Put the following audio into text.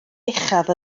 uchaf